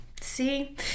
See